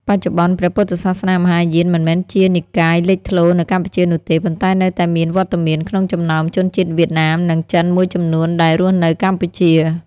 បច្ចុប្បន្ន ព្រះពុទ្ធសាសនាមហាយានមិនមែនជានិកាយលេចធ្លោនៅកម្ពុជានោះទេ ប៉ុន្តែនៅតែមានវត្តមានក្នុងចំណោមជនជាតិវៀតណាម និងចិនមួយចំនួនដែលរស់នៅកម្ពុជា។